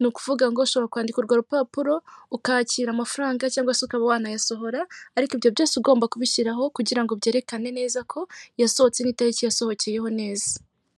ni ukuvuga ngo ushobora kwandika urwo rupapuro ukakira amafaranga cyangwa se ukaba wanayasohora ariko ibyo byose ugomba kubishyiraho kugira ngo byerekane neza ko yasohotse n'itariki yasohokeyeho neza.